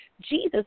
Jesus